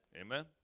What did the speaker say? Amen